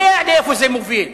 יודע לאן זה מוביל.